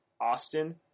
Austin